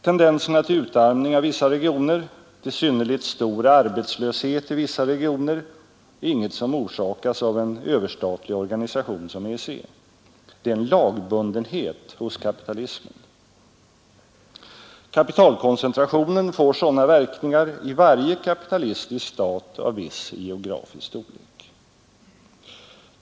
Tendenserna till utarmning av vissa regioner, till synnerligt stor arbetslöshet i vissa regioner är inget som orsakas av en överstatlig organisation som EEC. Det är en lagbundenhet hos kapitalismen. Kapitalkoncentrationen får sådana verkningar i varje kapitalistisk stat av viss geografisk storlek.